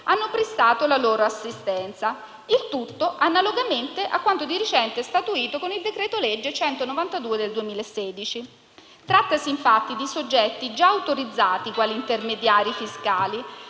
hanno prestato la loro assistenza (il tutto analogamente a quanto di recente statuito con il decreto-legge n. 193 del 2016). Trattasi infatti di soggetti già autorizzati quali intermediari fiscali,